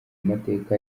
amateka